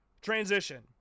transition